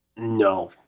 No